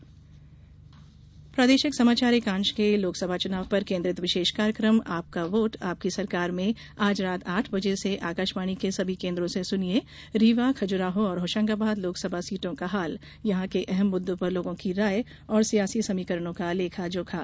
विशेष कार्यक्रम प्रादेशिक समाचार एकांश के लोकसभा चुनाव पर केन्द्रित विशेष कार्यक्रम आपका वोट आपकी सरकार में आज रात आठ बजे से आकाशवाणी के सभी केन्द्रों से सुनिए रीवा खजुराहो और होशंगाबाद लोकसभा सीटों का हाल यहां के अहम मुद्दों पर लोगों की राय और सियासी समीकरणों का लेखा जोखा